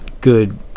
good